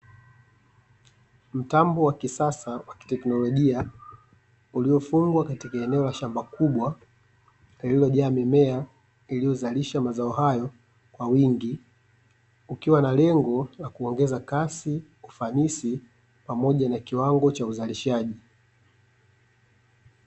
Mtambo wa kisasa wa kiteknolojia, uliofungwa katika eneo la shamba kubwa lililojaa mimea iliyozalisha mazao hayo kwa wingi, ukiwa na lengo la kuongeza kasi, ufanisi pamoja na kiwango cha uzalishaji.